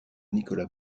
nicolas